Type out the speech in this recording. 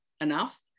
enough